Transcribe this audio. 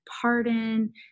Pardon